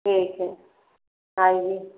ठीक है आइए